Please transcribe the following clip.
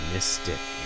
Mystic